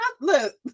Look